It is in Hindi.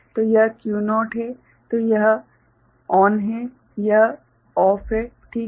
तो यह Q0 है तो यह चालू है और यह बंद है ठीक है